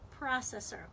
processor